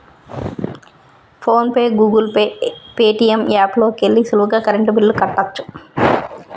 phone pay, Google Pay, Paytm app లోకెల్లి సులువుగా current బిల్లుల్ని కట్టచ్చు